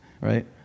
right